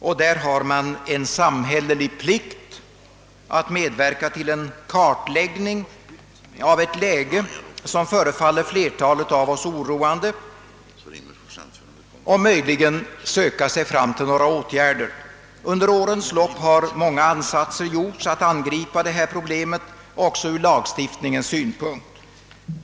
Därvidlag är det en samhällelig plikt att medverka till en kartläggning av ett läge, som förefaller flertalet av oss oroande, och möjligen söka sig fram till några åtgärder. Under årens lopp har många ansatser gjorts att angripa detta problem också med lagstiftningens hjälp.